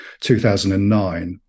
2009